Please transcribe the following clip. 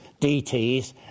DTs